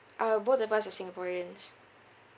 uh both of us are singaporeans